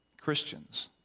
Christians